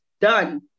done